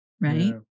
right